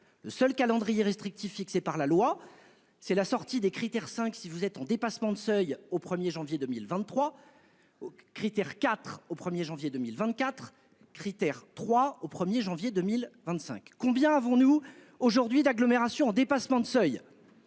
le seul calendrier restrictif fixé par la loi, c'est la sortie des critères cinq si vous êtes en dépassement de seuil au 1er janvier 2023. Critères IV au 1er janvier 2024 critères, 3 au 1er janvier 2025. Combien avons-nous aujourd'hui d'agglomération dépassement de seuil.